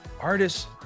artists